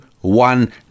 one